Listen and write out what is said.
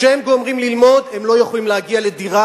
כשהם גומרים ללמוד, הם לא יכולים להגיע לדירה.